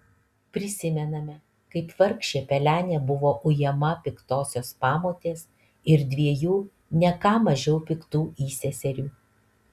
prisimename kaip vargšė pelenė buvo ujama piktosios pamotės ir dviejų ne ką mažiau piktų įseserių